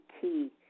key